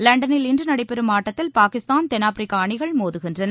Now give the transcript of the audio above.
லண்டனில் இன்று நடைபெறும் ஆட்டத்தில் பாகிஸ்தான் தென்னாப்பிரிக்கா அணிகள் மோதுகின்றன